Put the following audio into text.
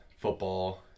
football